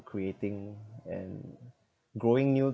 creating and growing new